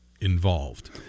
involved